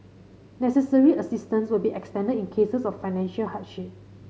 necessary assistance will be extended in cases of financial hardship